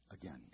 again